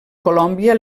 colòmbia